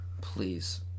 please